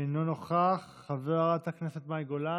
אינו נוכח, חברת הכנסת מאי גולן,